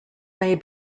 may